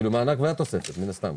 כלומר המענק והתוספת מן הסתם,